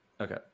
Okay